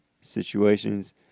situations